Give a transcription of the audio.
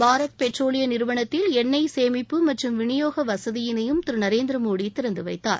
பாரத் பெட்ரோலிய நிறுவனத்தில் என்ணெய் சேமிப்பு மற்றும் விநியோக வசதியினையும் திரு நரேந்திரமோடி திறந்து வைத்தார்